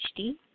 HD